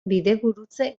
bidegurutze